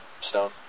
stone